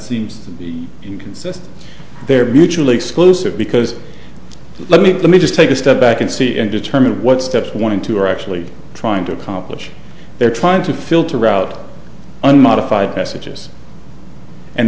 seems to be inconsistent they are mutually exclusive because let me let me just take a step back and see and determine what steps one and two are actually trying to accomplish there trying to filter out unmodified messages and